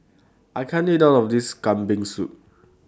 I can't eat All of This Kambing Soup